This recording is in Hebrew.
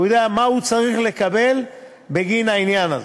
והוא יודע מה הוא צריך לקבל בגין העניין הזה.